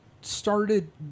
started